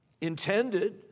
intended